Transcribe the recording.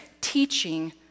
teaching